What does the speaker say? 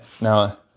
now